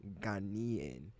ghanian